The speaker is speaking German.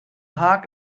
haag